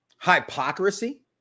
hypocrisy